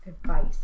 advice